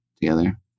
together